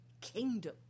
Kingdom